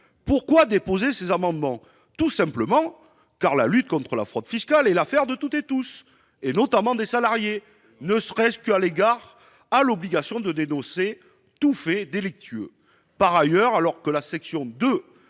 Pourquoi avoir déposé ces amendements ? Tout simplement parce que la lutte contre la fraude fiscale est l'affaire de tous, ... Eh oui !... notamment des salariés, ne serait-ce qu'en raison de l'obligation de dénoncer tout fait délictueux. Par ailleurs, alors que l'on